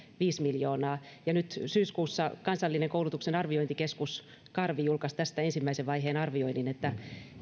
viisi miljoonaa ja nyt syyskuussa kansallinen koulutuksen arviointikeskus karvi julkaisi tästä ensimmäisen vaiheen arvioinnin että